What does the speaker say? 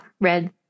red